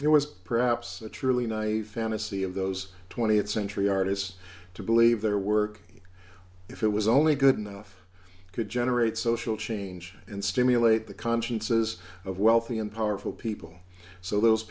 there was perhaps a truly naive fantasy of those th century artists to believe their work if it was only good enough could generate social change and stimulate the consciences of wealthy and powerful people so those